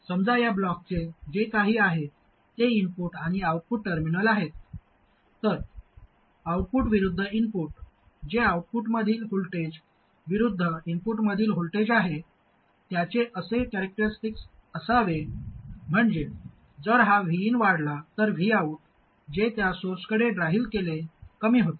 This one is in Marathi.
समजा या ब्लॉकचे जे काही आहे ते इनपुट आणि आउटपुट टर्मिनल आहेत तर आउटपुट विरूद्ध इनपुट जे आऊटपुटमधील व्होल्टेज विरूद्ध इनपुटमधील व्होल्टेज आहे त्याचे असे कॅरॅक्टरिस्टिक्स असावे म्हणजे जर हा Vin वाढला तर Vout जे त्या सोर्सकडे ड्राईव्ह केले कमी होते